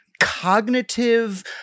Cognitive